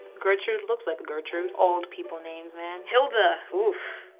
gertrude looks like a gertrude. old people names, man. hilda, oof.